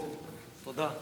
תתקדמו קצת.